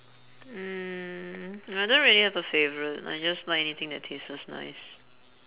mm I don't really have a favourite I just like anything that tastes nice